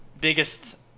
biggest –